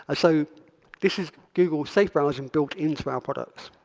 ah so this is google safe browsing built into our products.